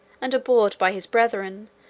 and abhorred by his brethren,